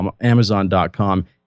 amazon.com